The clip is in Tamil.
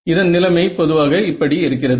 இதன் நிலைமை பொதுவாக இப்படி இருக்கிறது